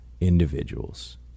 individuals